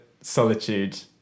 solitude